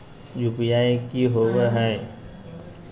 UPI की होबो है?